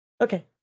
Okay